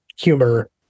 humor